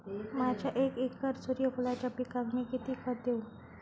माझ्या एक एकर सूर्यफुलाच्या पिकाक मी किती खत देवू?